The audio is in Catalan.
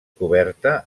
coberta